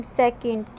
second